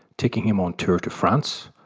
taking him on tour to france,